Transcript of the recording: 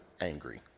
angry